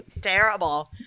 Terrible